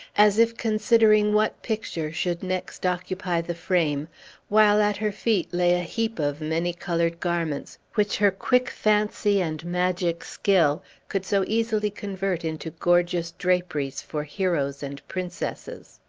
as if considering what picture should next occupy the frame while at her feet lay a heap of many-colored garments, which her quick fancy and magic skill could so easily convert into gorgeous draperies for heroes and princesses.